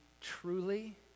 truly